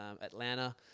Atlanta